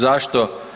Zašto?